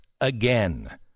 again